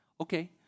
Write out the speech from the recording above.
Okay